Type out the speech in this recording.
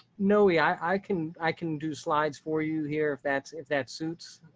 no way i can i can do slides for you here. if that's if that suits.